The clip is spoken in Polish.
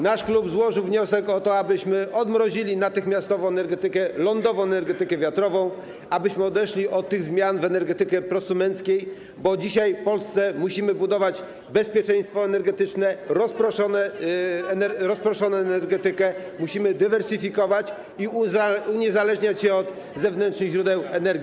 Nasz klub złożył wniosek o to, abyśmy odmrozili natychmiastowo energetykę lądową, energetykę wiatrową, abyśmy odeszli od tych zmian w energetyce prosumenckiej, bo dzisiaj w Polsce musimy budować bezpieczeństwo energetyczne, rozproszoną energetykę, musimy dywersyfikować i uniezależniać się od zewnętrznych źródeł energii.